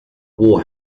war